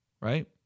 right